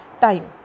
time